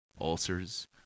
ulcers